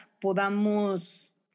podamos